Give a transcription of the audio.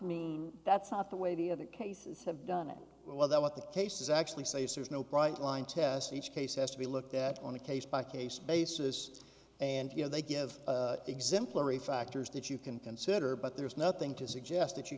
mean that's not the way the of the cases have done it well that what the cases actually say serves no priceline test each case has to be looked at on a case by case basis and you know they give exemplary factors that you can consider but there is nothing to suggest that you